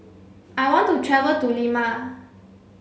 I want to travel to Lima